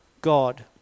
God